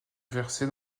versé